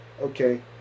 okay